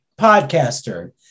podcaster